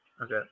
Okay